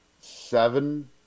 seven